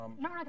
No